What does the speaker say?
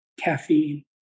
caffeine